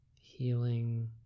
Healing